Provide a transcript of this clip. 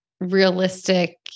realistic